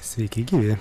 sveiki gyvi